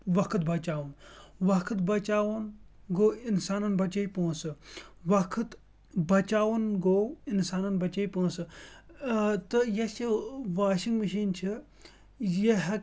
وقت بَچاوُن وقت بَچاوُن گوٚو اِنسانَن بَچٲے پونٛسہٕ وقت بَچاوُن گوٚو اِنسانَن بَچٲے پونٛسہٕ تہٕ یۄس یہِ واشنٛگ مِشیٖن چھِ یہِ ہٮ۪ک